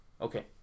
Okay